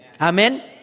Amen